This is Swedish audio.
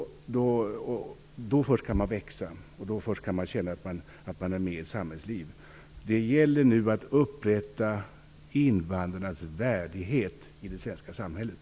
Då först kan man växa och känna att man deltar i ett samhällsliv. Det gäller nu att upprätta invandrarnas värdighet i det svenska samhället.